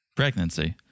Pregnancy